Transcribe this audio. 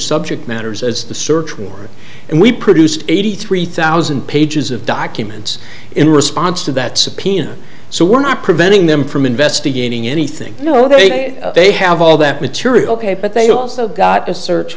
subject matters as the search warrant and we produced eighty three thousand pages of documents in response to that subpoena so we're not preventing them from investigating anything you know they they have all that material pay but they also got a search